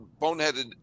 boneheaded